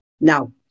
Now